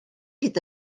hyd